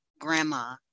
grandma